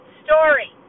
story